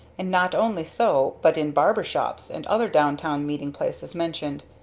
and not only so but in barber-shops and other downtown meeting places mentioned.